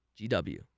GW